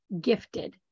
gifted